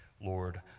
Lord